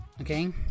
okay